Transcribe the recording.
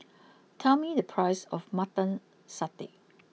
tell me the price of Mutton Satay